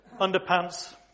Underpants